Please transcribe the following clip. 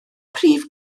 prif